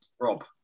Rob